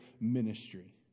ministry